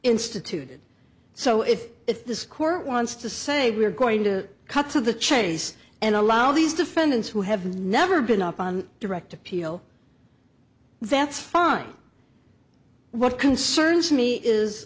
instituted so if if this court wants to say we're going to cut to the chase and allow these defendants who have never been up on direct appeal that's fine what concerns me is